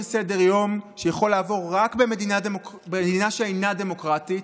סדר-יום שיכול לעבור רק במדינה שאינה דמוקרטית.